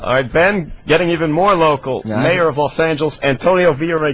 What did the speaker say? wideband getting even more local mayor of los angeles antonio via